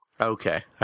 Okay